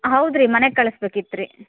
ಹೌದು ರೀ ಮನೆಗೆ ಕಳ್ಸಿ ಬೇಕಿತ್ತು ರೀ